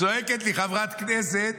צועקת לי חברת כנסת: